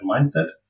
mindset